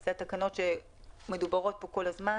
אלה התקנות שמדוברות פה כל הזמן,